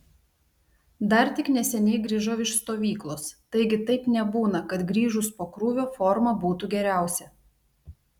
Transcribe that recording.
dar tik neseniai grįžau iš stovyklos taigi taip nebūna kad grįžus po krūvio forma būtų geriausia